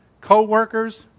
co-workers